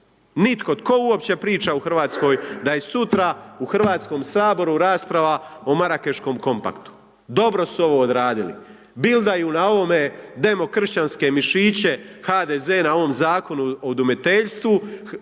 Nitko. Tko uopće priča u RH da je sutra u HS-u rasprava o Marakeškom kompaktu. Dobro su ovo odradili. Bildaju na ovome demokršćanske mišiće, HDZ na ovom Zakonu o udomiteljstvu,